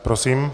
Prosím.